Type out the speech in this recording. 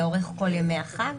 לאורך כל ימי החג,